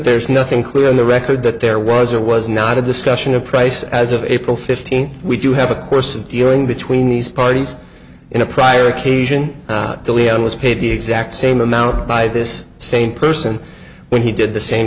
there's nothing clear on the record that there was or was not a discussion of price as of april fifteenth we do have a course of dealing between these parties in a prior occasion dileo was paid the exact same amount by this same person when he did the same